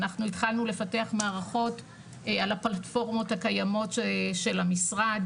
אנחנו התחלנו לפתח מערכות על הפלטפורמות הקיימות של המשרד.